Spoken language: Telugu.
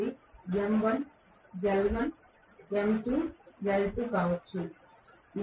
కాబట్టి M1 L1 M2 L2కావచ్చు ఇది V2 ఇది V1